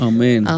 Amen